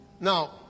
Now